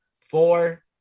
four